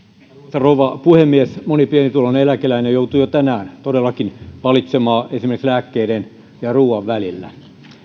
rouva puhemies moni pienituloinen eläkeläinen joutuu jo tänään todellakin valitsemaan esimerkiksi lääkkeiden ja ruuan välillä